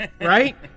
right